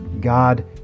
God